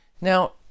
Now